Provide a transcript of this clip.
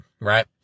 right